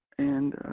and